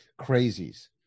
crazies